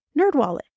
Nerdwallet